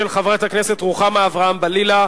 של חברת הכנסת רוחמה אברהם-בלילא.